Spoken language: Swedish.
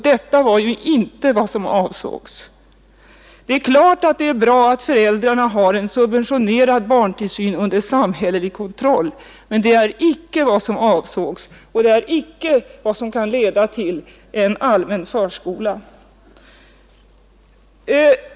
Detta var inte vad som avsågs i vårt familjepolitiska program. Det är givetvis bra att föräldrarna har en subventionerad barntillsyn under samhällelig kontroll. Men det var inte en sådan ändring av relationerna mellan familjedaghemmen och daghemmen som avsågs. Detta är inte en utveckling som kan leda till en allmän förskola.